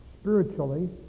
spiritually